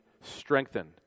strengthened